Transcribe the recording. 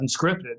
unscripted